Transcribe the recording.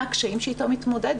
מה הקשיים שאיתם הוא מתמודד,